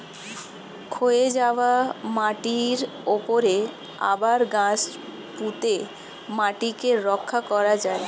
ক্ষয়ে যাওয়া মাটির উপরে আবার গাছ পুঁতে মাটিকে রক্ষা করা যায়